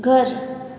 घर